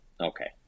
okay